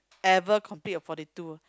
ever complete a forty two